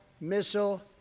missile